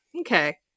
Okay